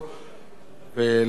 וללא נמנעים.